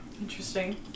interesting